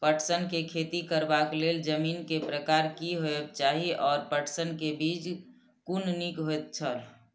पटसन के खेती करबाक लेल जमीन के प्रकार की होबेय चाही आओर पटसन के बीज कुन निक होऐत छल?